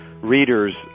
readers